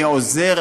אני עוזר,